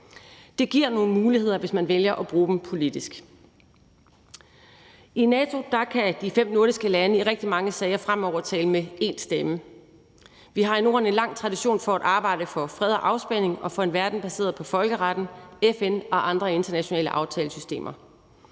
Det giver nogle muligheder, hvis man vælger at bruge dem politisk. I NATO kan de fem nordiske lande i rigtig mange sager fremover tale med én stemme. Vi har i Norden en lang tradition for at arbejde for fred og afspænding og for en verden baseret på folkeretten, FN og andre internationale aftalesystemer.